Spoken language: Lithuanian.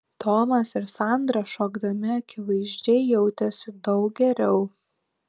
tomas ir sandra šokdami akivaizdžiai jautėsi daug geriau